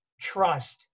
trust